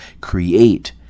create